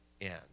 end